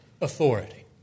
authority